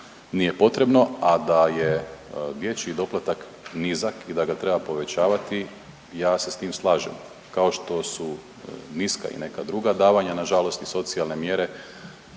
nije potrebno, a da je dječji doplatak nizak i da ga treba povećavati ja se s time slažem, kao što su niska i neka druga davanja, nažalost i socijalne mjere